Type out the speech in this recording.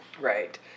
Right